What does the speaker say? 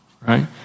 right